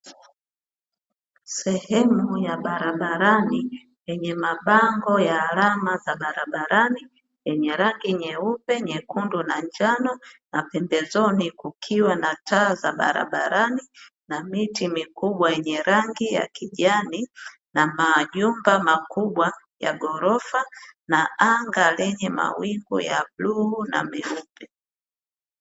Sehemu ya barabarani yenye mabango ya alama za barabarani, yenye rangi nyeupe, nyekundu na njano, na pembezoni kukiwa na taa za barabarani na miti mikubwa yenye rangi ya kijani, na majumba makubwa ya ghorofa, na anga lenye mawingu ya bluu na meupe.